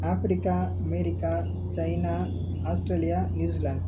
Africa America China Australia New Zealand